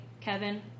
Kevin